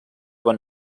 con